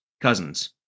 Cousins